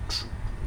true true